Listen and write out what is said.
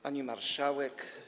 Pani Marszałek!